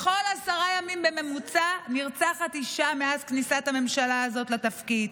בכל עשרה ימים בממוצע נרצחת אישה מאז כניסת הממשלה הזאת לתפקיד.